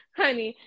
honey